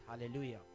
hallelujah